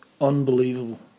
unbelievable